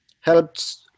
helps